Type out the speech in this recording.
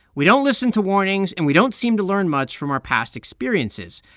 we don't listen to warnings, and we don't seem to learn much from our past experiences.